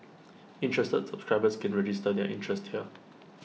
interested subscribers can register their interest here